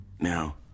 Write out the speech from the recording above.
Now